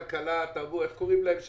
כלכלה איך קוראים להם שם?